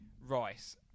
Rice